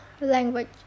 language